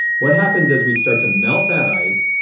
what happens as we start to melt that ice,